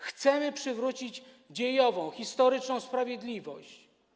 Chcemy przywrócić dziejową, historyczną sprawiedliwość.